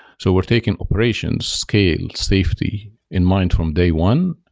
so we're taking operations, scale, safety in mind from day one,